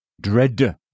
Dread